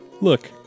Look